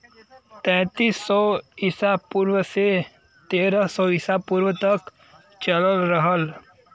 तैंतीस सौ ईसा पूर्व से तेरह सौ ईसा पूर्व तक चलल रहल